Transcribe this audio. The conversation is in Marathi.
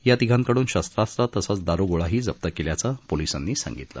या तिघांकडून शस्त्रास्त्र तसंच दारुगोळाही जप्त केला असल्याचं पोलीसांनी सांगितलं